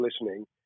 listening